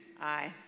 Aye